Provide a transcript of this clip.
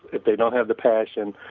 if they don't have the passion,